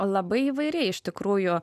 labai įvairiai iš tikrųjų